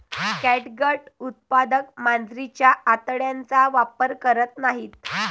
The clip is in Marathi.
कॅटगट उत्पादक मांजरीच्या आतड्यांचा वापर करत नाहीत